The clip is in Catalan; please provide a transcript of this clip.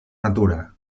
natura